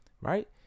right